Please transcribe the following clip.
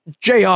Jr